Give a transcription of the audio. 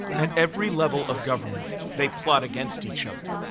at every level of government, they plot against each other.